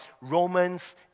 Romans